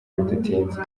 bidatinze